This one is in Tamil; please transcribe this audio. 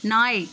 நாய்